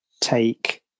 take